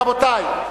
רבותי,